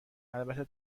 البته